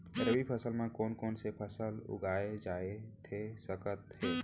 रबि फसल म कोन कोन से फसल उगाए जाथे सकत हे?